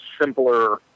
simpler